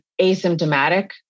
asymptomatic